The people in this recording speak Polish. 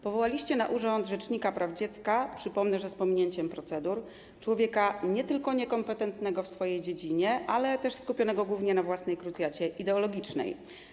Powołaliście na urząd rzecznika praw dziecka - przypomnę, że z pominięciem procedur - człowieka nie tylko niekompetentnego w swojej dziedzinie, ale również skupionego głównie na własnej krucjacie ideologicznej.